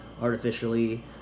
artificially